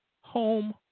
home